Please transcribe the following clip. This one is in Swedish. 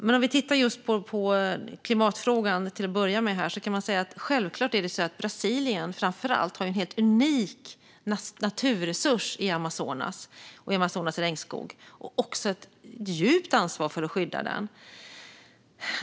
Men när det gäller just klimatfrågan, till att börja med, kan man säga att självfallet har framför allt Brasilien en helt unik naturresurs i Amazonas regnskog och också ett djupt ansvar för att skydda den.